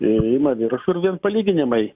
ima viršų ir vien palyginimai